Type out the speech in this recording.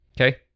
okay